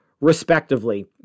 respectively